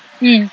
mm